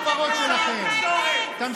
11". הרי כאן 11,